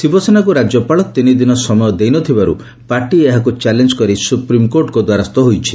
ଶିବସେନାକୁ ରାଜ୍ୟପାଳ ତିନିଦିନ ସମୟ ଦେଇନଥିବାରୁ ପାର୍ଟି ଏହାକୁ ଚ୍ୟାଲେଞ୍ଜ କରି ସୁପ୍ରିମକୋର୍ଟଙ୍କ ଦ୍ୱାରସ୍ଥ ହୋଇଛି